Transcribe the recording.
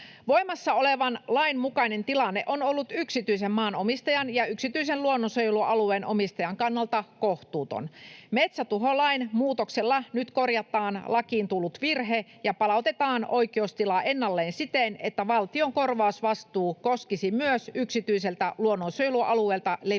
Voimassa olevan lain mukainen tilanne on ollut yksityisen maanomistajan ja yksityisen luonnonsuojelualueen omistajan kannalta kohtuuton. Metsätuholain muutoksella nyt korjataan lakiin tullut virhe ja palautetaan oikeustila ennalleen siten, että valtion korvausvastuu koskisi myös yksityiseltä luonnonsuojelualueelta levinneitä